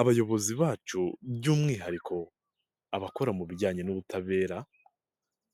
Abayobozi bacu by'umwihariko abakora mu bijyanye n'ubutabera,